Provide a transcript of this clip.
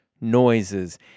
noises